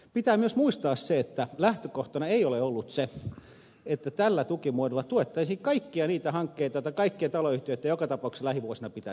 pitää myös muistaa se että lähtökohtana ei ole ollut se että tällä tukimuodolla tuettaisiin kaikkia niitä hankkeita joita kaikkien taloyhtiöitten joka tapauksessa lähivuosina pitäisi tehdä